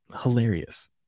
Hilarious